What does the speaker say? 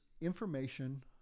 information